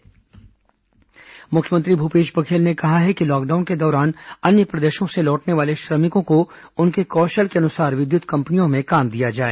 मुख्यमंत्री प्रवासी श्रमिक मुख्यमंत्री भूपेश बघेल ने कहा है कि लॉकडाउन के दौरान अन्य प्रदेशों से लौटने वाले श्रमिकों को उनके कौशल के अनुसार विद्युत कंपनियों में काम दिया जाए